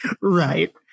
right